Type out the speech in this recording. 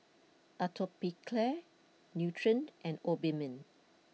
Atopiclair Nutren and Obimin